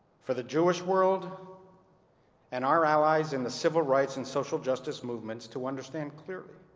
for the jewish world and our allies in the civil rights and social justice movements to understand, clearly,